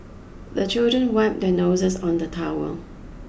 the children wipe their noses on the towel